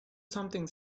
something